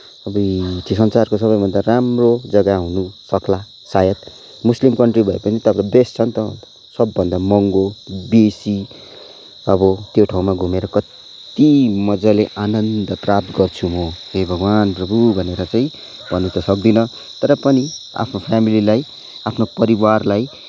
अबुई त्यो संसारको सबैभन्दा राम्रो जग्गा हुनु सक्ला सायद मुस्लिम कन्ट्री भए पनि त अब बेस्ट छ नि त हौ सबभन्दा महँगो बेसी अब त्यो ठाउँमा घुमेर कति मज्जाले आनन्द प्राप्त गर्छु म हे भगवान प्रभु भनेर चाहिँ भन्न त सक्दिनँ तर पनि आफ्नो फ्यामिलीलाई आफ्नो परिवारलाई